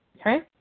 okay